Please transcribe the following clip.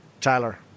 Tyler